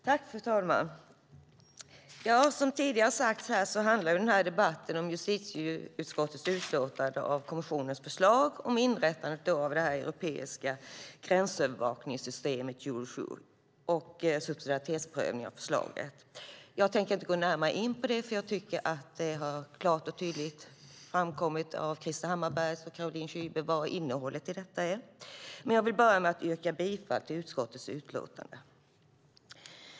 Fru talman! Som tidigare har sagts här handlar debatten om justitieutskottets utlåtande av kommissionens förslag om inrättandet av det europeiska gränsövervakningssystemet Eurosur och subsidiaritetsprövning av förslaget. Jag tänker inte gå närmare in på det, för jag tycker att det klart och tydligt har framkommit av Krister Hammarberghs och Caroline Szybers inlägg vad innehållet i detta är. Jag börjar därför med att yrka bifall till förslaget i utlåtandet.